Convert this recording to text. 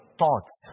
thoughts